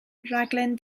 rhaglen